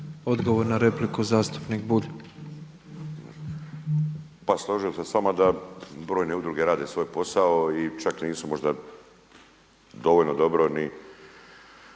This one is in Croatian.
Odgovor na repliku zastupnik Bulj.